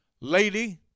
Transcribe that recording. lady